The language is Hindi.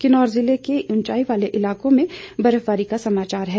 किन्नौर ज़िले के ऊंचाई वाले इलाकों में बर्फबारी का समाचार है